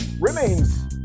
remains